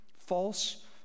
false